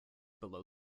below